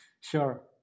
Sure